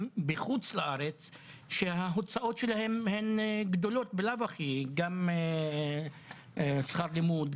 בחו"ל שההוצאות שלהם גדולות בלאו הכי גם שכר לימוד,